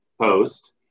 post